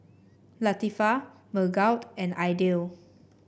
Latifa Megat and Aidil